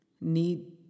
need